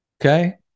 Okay